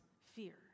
fear